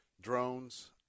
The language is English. drones